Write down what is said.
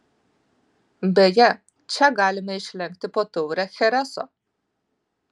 beje čia galime išlenkti po taurę chereso